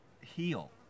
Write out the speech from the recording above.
heal